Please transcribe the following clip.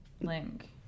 link